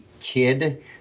kid